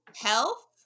Health